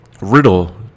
riddle